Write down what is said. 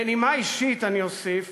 בנימה אישית אני אוסיף,